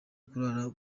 kurara